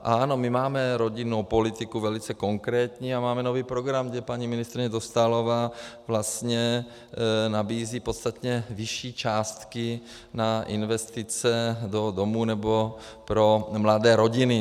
Ano, my máme rodinnou politiku velice konkrétní a máme nový program, kde paní ministryně Dostálová vlastně nabízí podstatně vyšší částky na investice do domů nebo pro mladé rodiny.